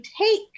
take